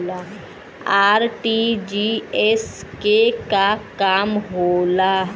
RTGS के का काम होला?